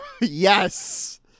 Yes